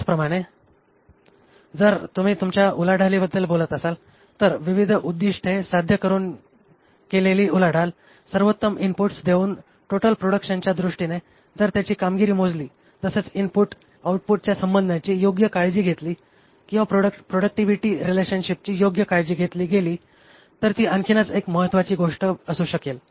त्याचप्रमाने जर तुम्ही तुमच्या उलाढालीबद्दल बोलत असाल तर विविध उद्दिष्टे साध्य करून केलेली उलाढाल सर्वोत्तम इनपुट्स देऊन टोटल प्रोडक्शनच्या दृष्टीने जर त्याची कामगिरी मोजली तसेच इनपुट आउटपुटच्या संबंधाची योग्य काळजी घेतली किंवा प्रॉडक्टिव्हिटी रेलशनशिपची योग्य काळजी घेतली गेली तर ती आणखीन एक महत्वाची गोष्ट असू शकेल